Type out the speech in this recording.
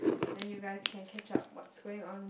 then you guys can catch up what's going on